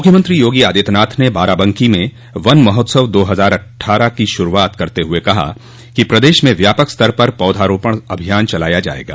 मुख्यमंत्री योगी आदित्यनाथ ने न बाराबंकी में वन महोत्सव दो हजार अट्ठारह की शुरूआत करते हुए कहा कि प्रदेश में व्यापक स्तर पर पौधा रोपण अभियान चलाया जायेगा